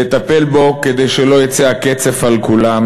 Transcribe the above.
לטפל בו כדי שלא יצא הקצף על כולם,